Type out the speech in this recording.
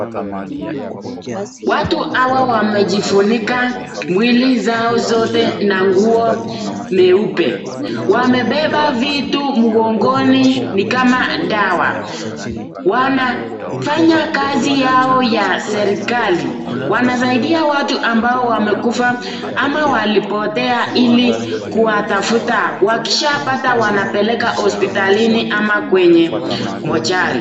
Watu hawa wamejifunika mwili zao zote na nguo meupe. Wamebeba vitu mgongoni ni kama dawa. Wanafanya kazi yao ya serikali. Wanasaidia watu ambao wamekufa ama walipotea ili kuwatafuta wakishapata wanapeleka hospitalini ama kwenye mochari .